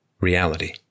reality